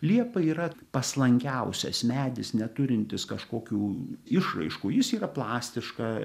liepa yra paslankiausias medis neturintis kažkokių išraiškų jis yra plastiška